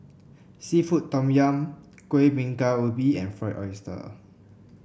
seafood Tom Yum Kueh Bingka Ubi and Fried Oyster